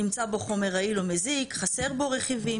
נמצא בו חומר רעיל או מזיק, חסר בו רכיבים.